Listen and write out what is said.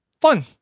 Fun